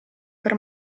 per